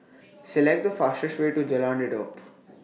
Select The fastest Way to Jalan Redop